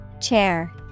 Chair